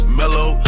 mellow